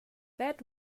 that